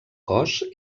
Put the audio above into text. cos